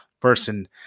person